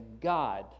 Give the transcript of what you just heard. God